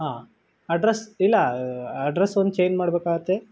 ಹಾಂ ಅಡ್ರಸ್ ಇಲ್ಲ ಅಡ್ರಸ್ ಒಂದು ಚೇನ್ ಮಾಡ್ಬೇಕಾಗತ್ತೆ